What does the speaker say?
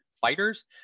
fighters